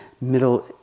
Middle